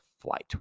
flight